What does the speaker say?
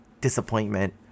disappointment